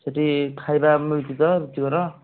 ସେଇଠି ଖାଇବା ମିଳୁଛି ତ ରୁଚିକର